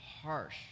harsh